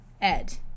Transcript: Ed